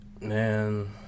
man